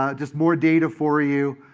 ah just more data for you,